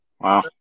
Wow